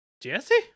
Jesse